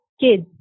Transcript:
kids